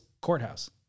Courthouse